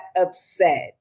upset